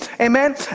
amen